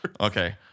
Okay